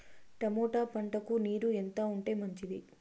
Tomato పంటకు నీరు ఎంత ఉంటే మంచిది?